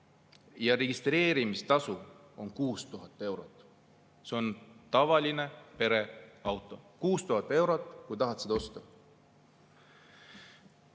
ja registreerimistasu on 6000 eurot. See on tavaline pereauto – 6000 eurot, kui tahad seda osta.